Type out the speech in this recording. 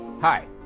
Hi